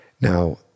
now